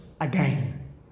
again